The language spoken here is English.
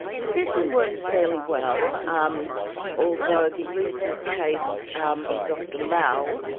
the system works fairly well, um although the recent case of dr lal,